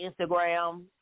Instagram